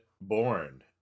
born